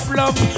love